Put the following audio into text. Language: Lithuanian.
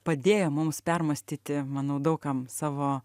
padėjo mums permąstyti manau daug kam savo